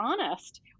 honest